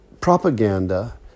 propaganda